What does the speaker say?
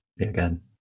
again